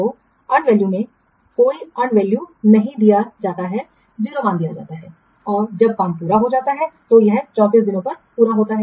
तो earned value में कोई earned value नहीं दिया जाता है 0 मान दिया जाता है और जब काम पूरा हो जाता है तो यह काम 34 दिनों पर पूरा होता है